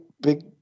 big